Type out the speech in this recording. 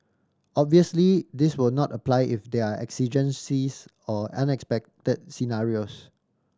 obviously this will not apply if there are exigencies or unexpected scenarios